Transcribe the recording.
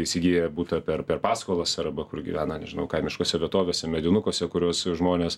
įsigiję butą per per paskolas arba kur gyvena nežinau kaimiškose vietovėse medinukuose kuriuos žmonės